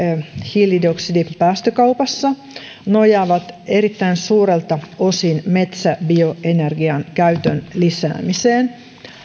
hiilidioksidipäästökaupassa nojaavat erittäin suurelta osin metsäbioenergian käytön lisäämiseen